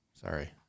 sorry